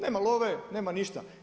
Nema love, nema ništa.